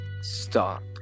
Stop